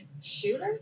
Shooter